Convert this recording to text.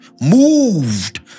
moved